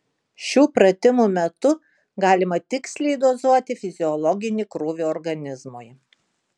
šių pratimų metu galima tiksliai dozuoti fiziologinį krūvį organizmui